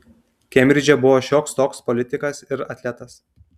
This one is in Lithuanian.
kembridže buvo šioks toks politikas ir atletas